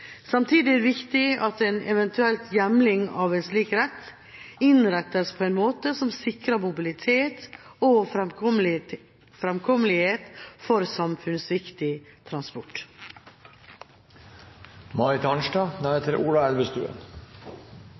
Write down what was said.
Samtidig er det viktig at en eventuell hjemling av en slik rett innrettes på en måte som sikrer mobilitet og fremkommelighet for samfunnsviktig